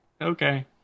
okay